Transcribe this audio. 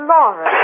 Laura